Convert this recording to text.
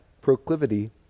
proclivity